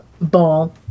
ball